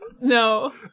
no